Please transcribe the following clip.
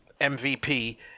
MVP